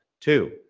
two